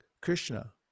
Krishna